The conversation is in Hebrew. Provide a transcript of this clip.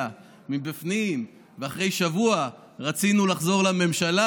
מבפנים ואחרי שבוע רצינו לחזור לממשלה.